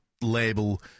label